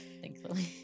thankfully